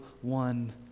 one